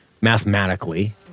mathematically